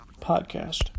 podcast